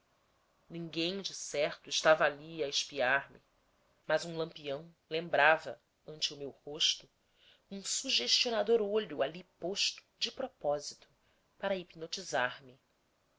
certo estava ali a espiar me mas um lampião lembrava ante o meu rosto um sugestionador olho ali posto de propósito para hipnotizar me